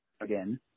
again